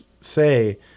say